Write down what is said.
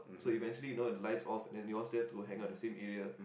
so eventually you know when the lights off and then they all still have to hang out the same area